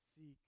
seek